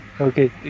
Okay